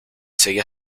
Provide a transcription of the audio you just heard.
seguía